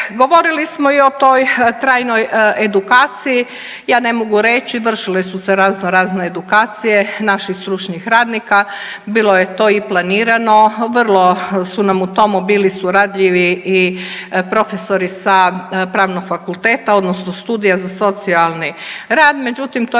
Govorili smo i o toj trajnoj edukaciji. Ja ne mogu reći, vršile su se razno razne edukacije naših stručnih radnika. Bilo je to i planirano. Vrlo su nam u tomu bili suradljivi i profesori sa Pravnog fakulteta, odnosno studija za socijalni rad, međutim to je